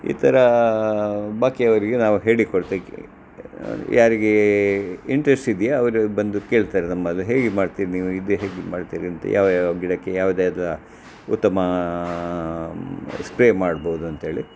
ಈ ಥರ ಬಾಕಿಯವರಿಗೆ ನಾವು ಹೇಳಿ ಕೊಡ್ತೆ ಯಾರಿಗೆ ಇಂಟ್ರಸ್ಟ್ ಇದೆಯಾ ಅವರು ಬಂದು ಕೇಳ್ತಾರೆ ನಮ್ಮಲ್ಲಿ ಹೇಗೆ ಮಾಡ್ತೀರಿ ನೀವು ಇದು ಹೇಗೆ ಮಾಡ್ತೀರಿ ಅಂತ ಯಾವ ಯಾವ ಗಿಡಕ್ಕೆ ಯಾವ್ದು ಯಾವ್ದು ಉತ್ತಮ ಸ್ಪ್ರೇ ಮಾಡ್ಬೋದಂಥೇಳಿ